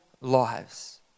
lives